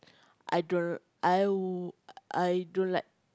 I d~ I w~ I don't like